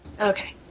Okay